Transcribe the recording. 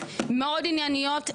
מאוד ענייניות,